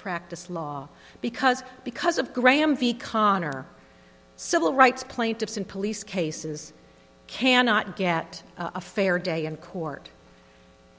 practice law because because of graham v connor civil rights plaintiffs and police cases cannot get a fair day in court